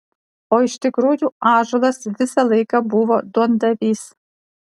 o iš tikrųjų ąžuolas visą laiką buvo duondavys